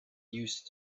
used